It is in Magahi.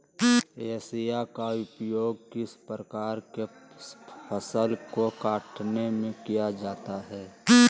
हाशिया का उपयोग किस प्रकार के फसल को कटने में किया जाता है?